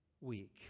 week